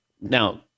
Now